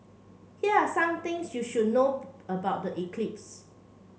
here some things you should know about the eclipse